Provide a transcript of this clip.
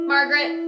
Margaret